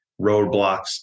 roadblocks